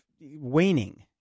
waning